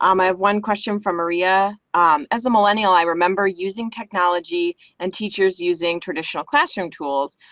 um my one question from maria as a millennial, i remember using technology and teachers using traditional classroom tools,